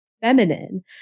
feminine